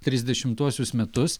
trisdešimuosius metus